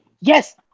Yes